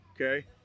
okay